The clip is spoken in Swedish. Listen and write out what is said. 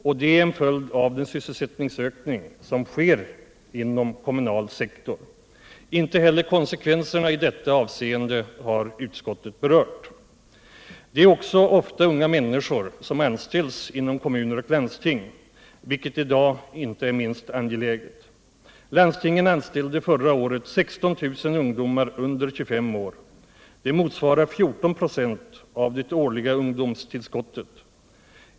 Och det är en följd av den sysselsättningsökning som sker inom kommunal sektor. Inte heller konsckvenserna i detta avseende har utskottet berört. Det är också ofta unga människor som anställs inom kommuner och landsting, vilket idag inte är minst angeläget. Landstingen anställde förra året 16 000 ungdomar under 25 år. Det motsvarar 14 ”5 av det årliga ungdomstillskottet.